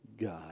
God